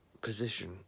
position